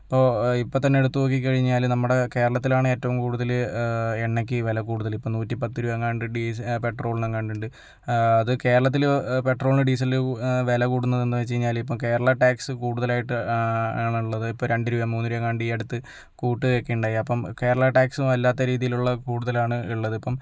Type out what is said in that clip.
ഇപ്പോൾ ഇപ്പം തന്നെ എടുത്ത് നോക്കിക്കഴിഞ്ഞാൽ നമ്മുടെ കേരളത്തിലാണ് ഏറ്റവും കൂടുതൽ എണ്ണയ്ക്ക് വില കൂടുതൽ ഇപ്പം നൂറ്റി പത്ത് രൂപേങ്ങാണ്ട് ഡീസ പെട്രോളിനെങ്ങാണ്ടുണ്ട് ആ അത് കേരളത്തിൽ പെട്രോളിന് ഡീസലിന് വില കൂടുന്നതെന്ന് വെച്ച് കഴിഞ്ഞാൽ ഇപ്പം കേരള ടാക്സ് കൂടുതലായിട്ട് ആണുള്ളത് ഇപ്പം രണ്ട് രൂപ മൂന്ന് രൂപേങ്ങാണ്ടീയടുത്ത് കൂട്ടുകയൊക്കെ ഉണ്ടായി അപ്പം കേരള ടാക്സ് വല്ലാത്ത രീതിയിലുള്ള കൂടുതലാണ് ഉള്ളത് ഇപ്പം